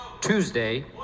Tuesday